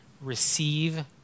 receive